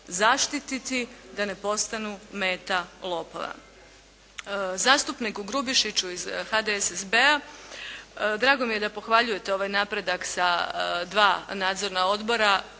zaštititi da ne postanu meta lopova. Zastupniku Grubišiću iz HDSSB-a. Drago mi je da pohvaljujete ovaj napredak sa dva nadzorna odbora.